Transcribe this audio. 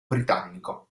britannico